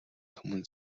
түмэн